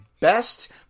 best